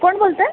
कोण बोलत आहे